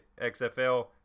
XFL